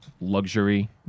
luxury